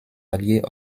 alliés